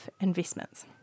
investments